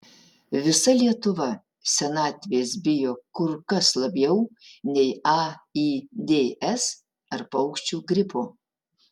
visa lietuva senatvės bijo kur kas labiau nei aids ar paukščių gripo